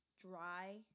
dry